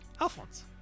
Alphonse